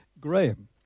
Graham